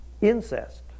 incest